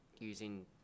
using